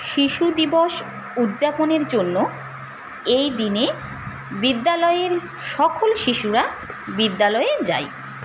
শিশু দিবস উদযাপনের জন্য এই দিনে বিদ্যালয়ের সকল শিশুরা বিদ্যালয়ে যায়